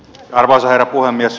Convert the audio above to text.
arvoisa herra puhemies